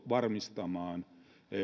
varmistamaan ruokahuolto